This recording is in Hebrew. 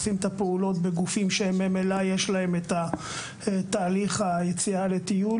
ועושים את הפעולות בגופים שממילא יש להם את תהליך היציאה לטיול